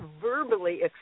verbally